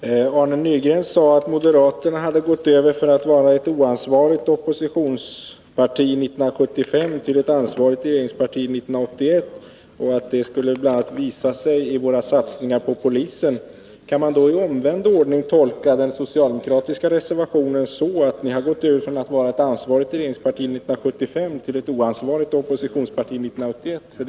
Herr talman! Arne Nygren sade att moderaterna hade gått över från att vara ett oansvarigt oppositionsparti 1975 till att bli ett ansvarigt regeringsparti 1981 och att det visade sig bl.a. i våra satsningar på polisen. Kan'man då i omvänd ordning tolka den socialdemokratiska reservationen så att ni har gått över från att vara ett ansvarigt regeringsparti 1975 till att bli ett oansvarigt oppositionsparti 1981?